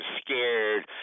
scared